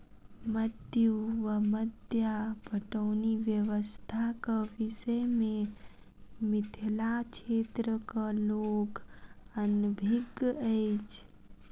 मद्दु वा मद्दा पटौनी व्यवस्थाक विषय मे मिथिला क्षेत्रक लोक अनभिज्ञ अछि